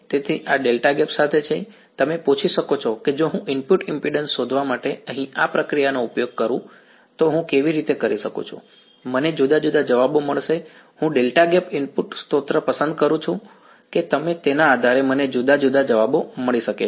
તેથી આ delta gap સાથે છે તમે પૂછી શકો છો કે જો હું ઇનપુટ ઈમ્પિડન્સ શોધવા માટે અહીં આ પ્રક્રિયાનો ઉપયોગ કરું તો હું કેવી રીતે કરી શકું મને જુદા જુદા જવાબો મળશે હું ડેલ્ટા ગેપ ઇનપુટ સ્ત્રોત પસંદ કરું છું કે કેમ તેના આધારે મને જુદા જુદા જવાબો મળી શકે છે